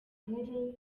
inkuru